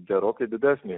gerokai didesnė